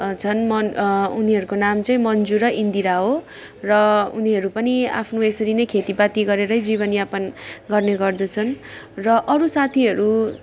छन् मन उनीहरूको नाम चाहिँ मन्जु र इन्दिरा हो र उनीहरू पनि आफ्नो यसरी नै खेतीपाती गरेरै जीवनयापन गर्ने गर्दछन् र अरू साथीहरू